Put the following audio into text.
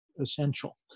essential